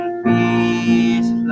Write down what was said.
peace